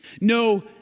No